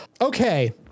Okay